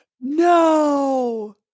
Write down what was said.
no